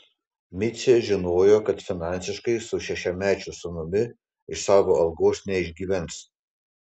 micė žinojo kad finansiškai su šešiamečiu sūnumi iš savo algos neišgyvens